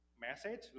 message